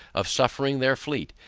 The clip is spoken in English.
of suffering their fleet,